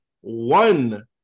one